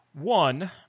one